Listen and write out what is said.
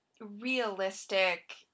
realistic